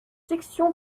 section